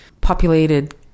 populated